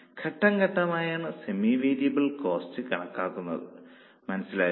ഘട്ടംഘട്ടമായാണ് semi variable cost കണക്കാക്കുന്നത് മനസ്സിലായോ